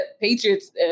Patriots